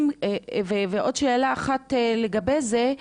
ועוד שאלה אחת לגבי זה,